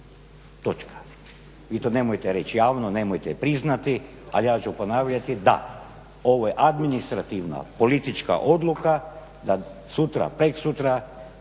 Točka. Vi to nemojte reći javno, nemojte priznati, ali ja ću ponavljati. Da, ovo je administrativna politička odluka da sutra, preksutra